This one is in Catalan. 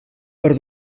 per